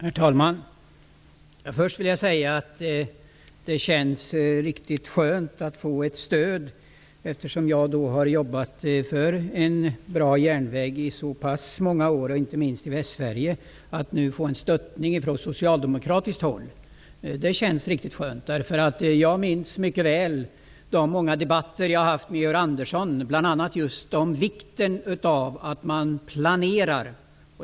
Herr talman! Först vill jag säga att det känns riktigt skönt att få ett stöd från socialdemokratiskt håll, eftersom jag har jobbat för en bra järnväg inte minst i Västsverige i så pass många år. Det känns riktigt skönt. Jag minns mycket väl de många debatter jag har haft med Georg Andersson, bl.a. om vikten av att man planerar.